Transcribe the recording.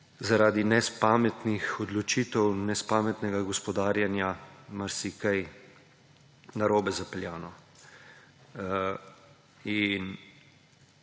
zaradi nespametnih odločitev, nespametnega gospodarjenja marsikje narobe zapeljanih.